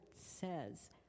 says